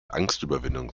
angstüberwindung